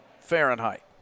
Fahrenheit